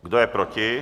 Kdo je proti?